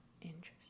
Interesting